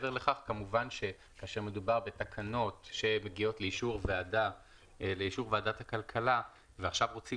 כאשר מדובר בתקנות שמגיעות לאישור ועדת הכלכלה ועכשיו רוצים